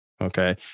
okay